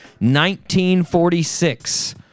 1946